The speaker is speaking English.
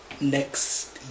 next